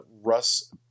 Russ